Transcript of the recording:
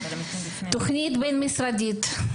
תוכנית בין משרדית,